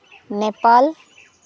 Nepal